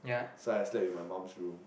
so I slept in my mom's room